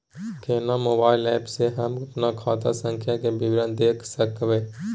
केना mobile app से हम अपन खाता संख्या के विवरण देख सकब?